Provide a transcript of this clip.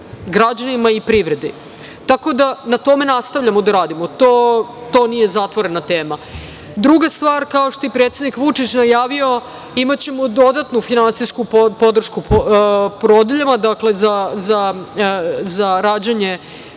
građanima i privredi. Tako da, na tome nastavljamo da radimo. To nije zatvorena tema. Druga stvar, kao što je predsednik Vučić najavio, imaćemo dodatnu finansijsku podršku porodiljama za rađanje